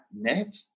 net